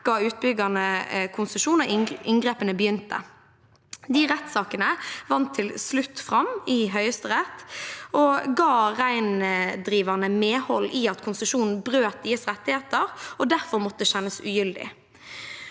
ga utbyggerne konsesjon og inngrepene begynte. Rettssakene vant til slutt fram – Høyesterett ga de reindrivende medhold i at konsesjonen brøt deres rettigheter og derfor måtte kjennes ugyldig.